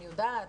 אני יודעת,